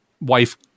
wife